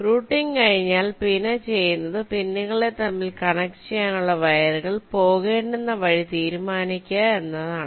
routing കഴിഞ്ഞാൽ പിന്നെ ചെയുന്നത് പിന്നുകളെ തമ്മിൽ കണക്ട് ചെയ്യാനുള്ള വയറുകൾ പോകേണ്ടുന്ന വഴി തീരുമാനിക്കുക എന്നതാണ്